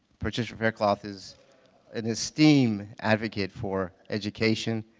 patricia fairclough is an esteemed advocate for education,